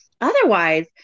otherwise